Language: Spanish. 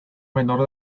menor